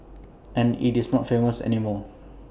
and IT is not famous anymore